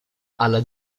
alla